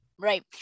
right